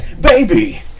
Baby